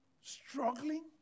struggling